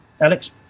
Alex